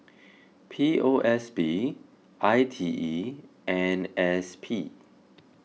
P O S B I T E and S P